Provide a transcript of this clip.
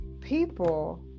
people